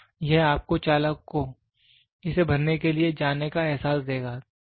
तो यह आपको चालक को इसे भरने के लिए जाने का एहसास देगा